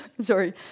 Sorry